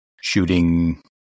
shooting